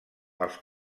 els